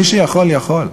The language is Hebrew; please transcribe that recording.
מי שיכול, יכול.